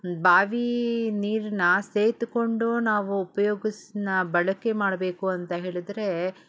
ಬಾವಿ ನೀರನ್ನ ಸೇದಿಕೊಂಡು ನಾವು ಉಪಯೋಗಿಸ್ ನಾ ಬಳಕೆ ಮಾಡಬೇಕು ಅಂತ ಹೇಳಿದ್ರೇ